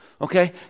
okay